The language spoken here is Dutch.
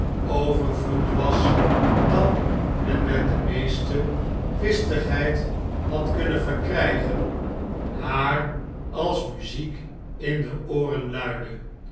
was dan men met de meeste kwistigheid had kunnen verkrijgen haar als muziek in de ooren luidde